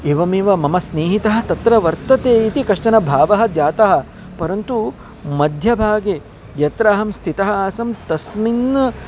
एवमेव मम स्नेहितः तत्र वर्तते इति कश्चन भावः जातः परन्तु मध्यभागे यत्र अहं स्थितः आसं तस्मिन्